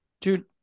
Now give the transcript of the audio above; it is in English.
dude